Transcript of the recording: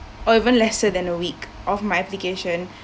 or even lesser than a week of my application